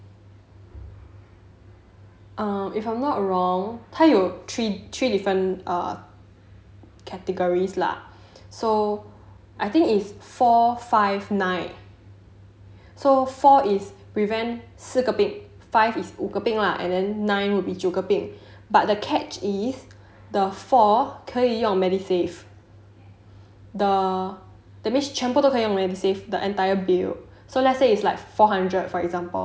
um if I'm not wrong 他有 three different err categories lah so I think is four five nine so four is prevent 四个病 five is 五个病 lah and then nine would be 九个病 but the catch is the four 可以用 medisave the that means 全部都可以用 medisave